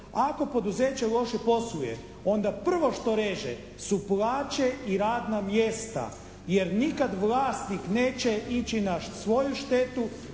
ako poduzeće loše posluje onda prvo što reže su plaće i radna mjesta, jer nikad vlasnik neće ići na svoju štetu